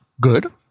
good